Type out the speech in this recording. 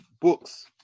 books